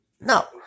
No